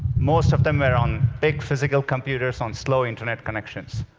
most of them were on big physical computers, on slow internet connections.